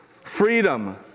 Freedom